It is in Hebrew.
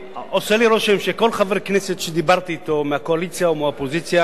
של חבר הכנסת מאיר שטרית.